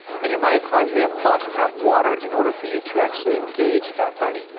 and your mitochondria must have water in order for you to actually engage fat burning,